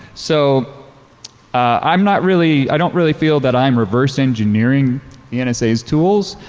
so i'm not really, i don't really feel that i'm reverse engineering the and nsa's tools.